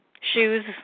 shoes